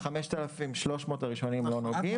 ב-5,300 השקלים הראשונים לא נוגעים.